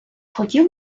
хотів